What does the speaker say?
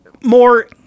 more